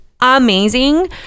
amazing